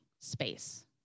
space